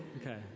okay